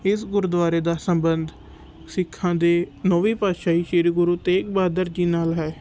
ਇਸ ਗੁਰਦੁਆਰੇ ਦਾ ਸੰਬੰਧ ਸਿੱਖਾਂ ਦੇ ਨੌਵੇਂ ਪਾਤਸ਼ਾਹੀ ਸ਼੍ਰੀ ਗੁਰੂ ਤੇਗ ਬਹਾਦਰ ਜੀ ਨਾਲ ਹੈ